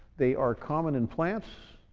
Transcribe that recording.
they are common in plants.